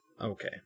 Okay